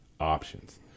options